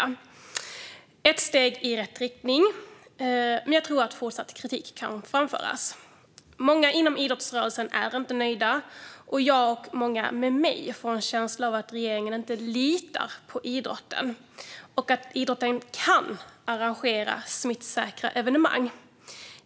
Det är ett steg i rätt riktning, men jag tror att fortsatt kritik kan framföras. Många inom idrottsrörelsen är inte nöjda, och jag och många med mig får en känsla av att regeringen inte litar på idrotten och att idrotten kan arrangera smittsäkra evenemang.